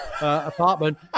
apartment